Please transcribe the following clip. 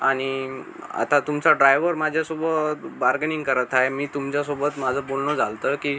आणि आता तुमचा ड्रायवर माझ्यासोबत बार्गेनिंग करत आहे मी तुमच्यासोबत माझं बोलणं झालं होतं की